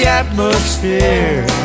atmosphere